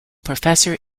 professor